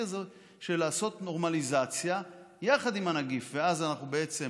הזה של לעשות נורמליזציה יחד עם הנגיף ואז אנחנו בעצם